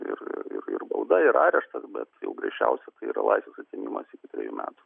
ir ir ir bauda ir areštas bet greičiausiai tai yra laisvės atėmimas iki trejų metų